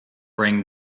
bring